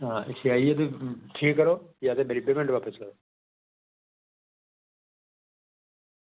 हां इत्थै आइयै ते ठीकर करो नेईं ते मेरी पेमेंट बापस करो